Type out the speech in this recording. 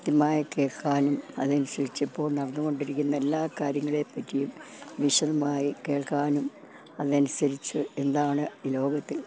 കൃത്യമായി കേള്ക്കാനും അതനുസരിച്ച് ഇപ്പോള് നടന്നുകൊണ്ടിരിക്കുന്ന എല്ലാ കാര്യങ്ങളെപ്പറ്റിയും വിശദമായി കേൾക്കാനും അതനുസരിച്ച് എന്താണ് ലോകത്തിൽ